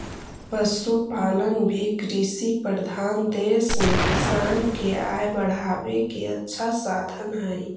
पशुपालन भी कृषिप्रधान देश में किसान के आय बढ़ावे के अच्छा साधन हइ